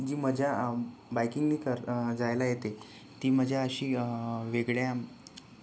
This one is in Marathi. जी मजा बाईकिंगनी कर जायला येते ती मजा अशी वेगळ्या